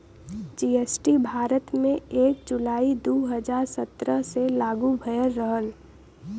GST Bharat में एक जुलाई दू हजार सत्रह से लागू भयल रहल